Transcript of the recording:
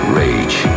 rage